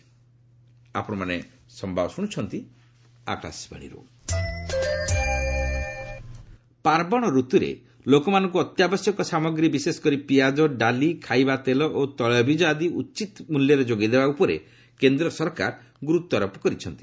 centre state food ପାର୍ବଣ ରତୁରେ ଲୋକଙ୍କୁ ଅତ୍ୟାବଶ୍ୟକ ସାମଗ୍ରୀ ବିଶେଷକରି ପିଆଜ ଡାଲି ଖାଇବା ତେଲ ଓ ତେଳବୀଜ ଆଦି ଉଚିତ ମୂଲ୍ୟରେ ଯୋଗାଇଦେବା ଉପରେ କେନ୍ଦ୍ର ସରକାର ଗୁରୁତ୍ୱାରୋପ କରିଛନ୍ତି